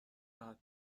جهت